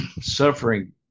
suffering